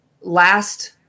last